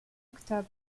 octobre